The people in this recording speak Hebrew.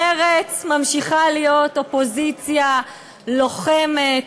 מרצ ממשיכה להיות אופוזיציה לוחמת,